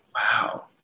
Wow